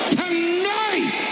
tonight